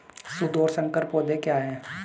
शुद्ध और संकर पौधे क्या हैं?